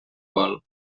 vol